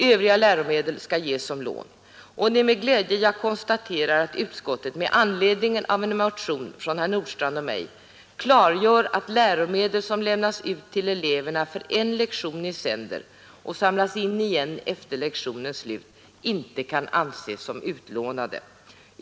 Övriga läromedel skall ges eleverna som lån, och det är med glädje jag konstaterar att utskottet med anledning av en motion från herr Nordstrandh och mig klargör att läromedel som lämnas ut till eleverna för en lektion i sänder och samlas in igen efter lektionens slut inte kan anses som utlånade.